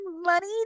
money